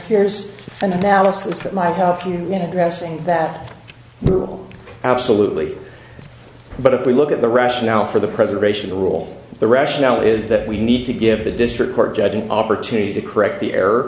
here's an analysis that might have to when addressing that we will absolutely but if we look at the rationale for the preservation the rule the rationale is that we need to give the district court judge an opportunity to correct the